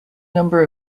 number